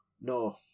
No